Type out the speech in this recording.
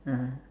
ah